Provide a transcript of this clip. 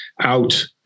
out